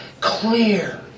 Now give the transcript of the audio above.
Clear